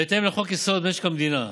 בהתאם לחוק-יסוד: משק המדינה,